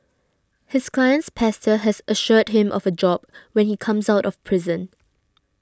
his client's pastor has assured him of a job when he comes out of prison